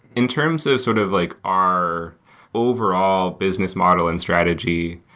in terms of sort of like our overall business model and strategy,